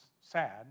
sad